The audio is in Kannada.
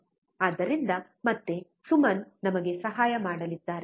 ಆದ್ದರಿಂದ ಮತ್ತೆ ಸುಮನ್ ನಮಗೆ ಸಹಾಯ ಮಾಡಲಿದ್ದಾರೆ